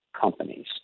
companies